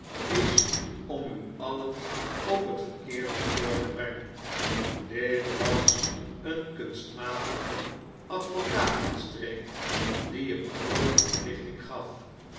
is om u alien op het verkeerde spoor te brengen dit was een kunstmatige advocatenstreek die hem groote verlichting gat